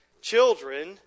Children